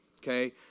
okay